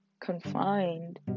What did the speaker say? confined